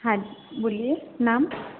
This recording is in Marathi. हां बोलिये नाम